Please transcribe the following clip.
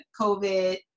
COVID